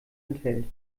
enthält